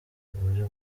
buryo